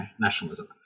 nationalism